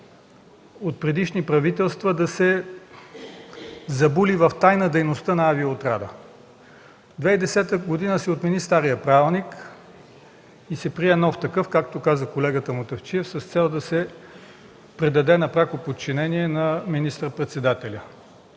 от предишни правителства да се забули в тайна дейността на авиоотряда. През 2010 г. се отмени старият правилник и се прие нов такъв, както каза колегата Мутафчиев, с цел да се предаде на пряко подчинение на министър-председателя.